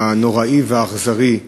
הנוראי והאכזרי,